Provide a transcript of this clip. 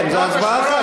כן, זו הצבעה אחת.